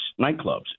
nightclubs